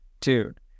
Dude